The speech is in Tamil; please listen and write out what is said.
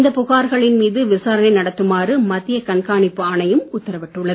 இந்த புகார்களின்மீது விசாரணை நடத்துமாறு மத்திய கண்காணிப்பு ஆணையம் உத்தரவிட்டுள்ளது